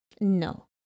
No